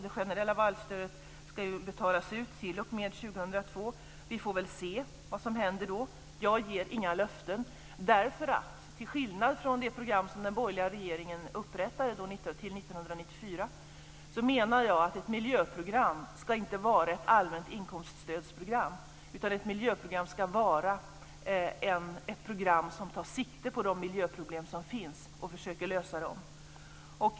Det generella vallstödet ska ju betalas ut t.o.m. år 2002. Vi får väl se vad som händer då. Jag ger inga löften. Till skillnad från det program som den borgerliga regeringen upprättade till 1994 menar jag att ett miljöprogram inte ska vara ett allmänt inkomststödsprogram, utan ett miljöprogram ska vara ett program som tar sikte på de miljöproblem som finns och som innebär att man försöker lösa dem.